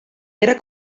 era